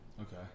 okay